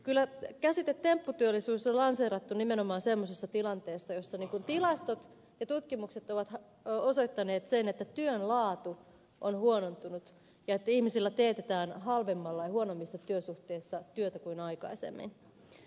kyllä käsite tempputyöllisyys on lanseerattu nimenomaan semmoisessa tilanteessa jossa tilastot ja tutkimukset ovat osoittaneet sen että työn laatu on huonontunut ja että ihmisillä teetetään halvemmalla ja huonommissa työsuhteissa työtä kuin aikaisemmin